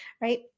right